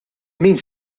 min